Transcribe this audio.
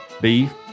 beef